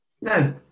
No